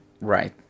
Right